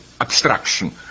abstraction